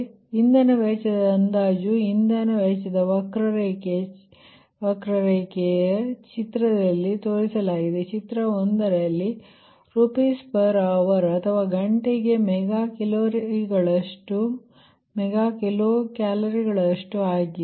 ಆದ್ದರಿಂದ ಇಂಧನ ವೆಚ್ಚದ ಅಂದಾಜು ಇಂಧನ ವೆಚ್ಚದ ವಕ್ರರೇಖೆಯ ಚಿತ್ರಲ್ಲಿ ತೋರಿಸಲಾಗಿದೆ ಚಿತ್ರ 1ರಲ್ಲಿ Ci ರೂಪೀಸ್ ಪರ್ ಅವರ್ ಅಥವಾ ಗಂಟೆಗೆ ಮೆಗಾ ಕಿಲೋ ಕ್ಯಾಲೋರಿಗಳಷ್ಟು Fi ಆಗಿದೆ